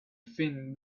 thin